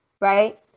Right